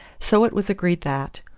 so it was agreed that,